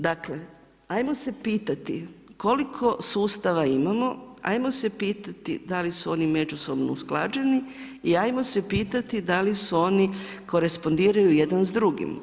Dakle, ajmo se pitati koliko sustava imamo, ajmo se pitati da li su oni međusobno usklađeni i ajmo se pitati da li su oni korespondiraju jedan s drugim?